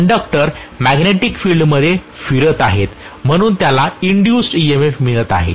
conductor magnetic field मध्ये फिरत आहेत म्हणून त्याला इंड्यूस्ड EMF मिळत आहे